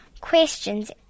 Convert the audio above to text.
questions